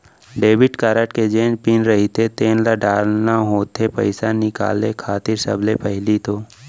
debit card के जेन pin रहिथे तेन ल डालना होथे पइसा निकाले खातिर सबले पहिली तो